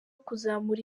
kuzamura